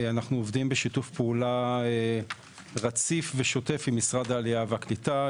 אנחנו עובדים בשיתוף פעולה רציף ושוטף עם משרד העלייה והקליטה,